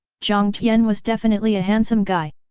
jiang tian was definitely a handsome guy.